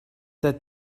that